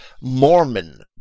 Mormon